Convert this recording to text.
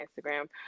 Instagram